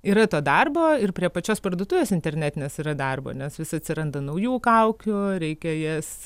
yra to darbo ir prie pačios parduotuvės internetinės yra darbo nes vis atsiranda naujų kaukių reikia jas